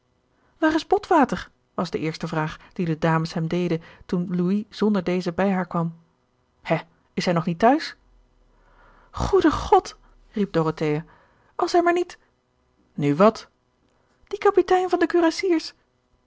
waar is botwater was de eerste vraag die de dames hem deden toen louis zonder dezen bij haar kwam hè is hij nog niet thuis goede god riep dorothea als hij maar niet gerard keller het testament van mevrouw de tonnette nu wat die kapitein van de